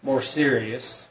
more serious